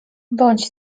bądź